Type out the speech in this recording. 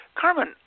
Carmen